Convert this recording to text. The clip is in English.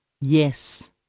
Yes